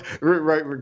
right